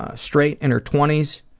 ah straight, in her twenty s,